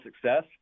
success